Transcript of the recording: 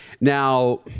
Now